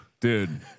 Dude